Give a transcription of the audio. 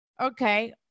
Okay